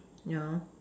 yeah